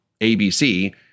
ABC